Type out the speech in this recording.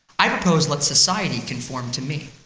i purpose let society conform to me.